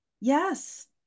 Yes